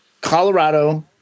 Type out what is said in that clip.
Colorado –